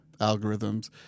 algorithms